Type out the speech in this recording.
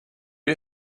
you